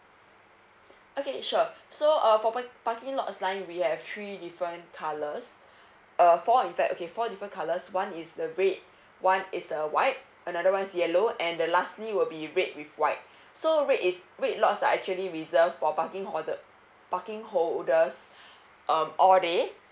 okay sure so uh for parking lot sign we have three different colours uh four in fact okay four different colours one is the red one is the white another one's yellow and the lastly will be red with white so red is red lots are actually reserved for parking hoarder parking hold holders um all day